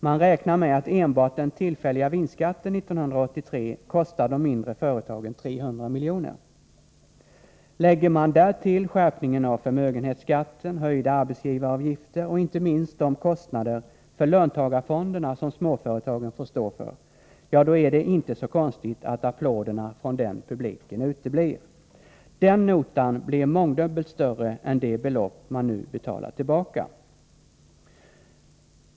Man räknar med att enbart den tillfälliga vinstskatten 1983 kostar de mindre företagen 300 miljoner. Lägger man därtill skärpningen av förmögenhetsskatten, höjda arbetsgivaravgifter och inte minst de kostnader för löntagarfonderna som småföretagen får stå för, ja då är det inte så konstigt att applåderna från den publiken uteblir. Den notan blir mångdubbelt större än de belopp man nu betalar tillbaka.